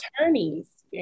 attorneys